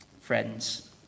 Friends